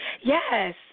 Yes